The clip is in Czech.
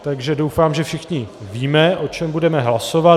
Takže doufám, že všichni víme, o čem budeme hlasovat.